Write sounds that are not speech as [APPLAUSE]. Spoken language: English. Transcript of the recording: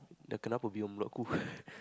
the kenna will be locked [LAUGHS]